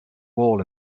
wall